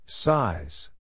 Size